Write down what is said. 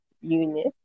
unit